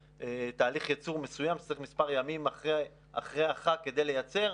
תהליך ייצור מסוים שצריך מספר ימים אחרי החג כדי לייצר.